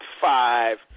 five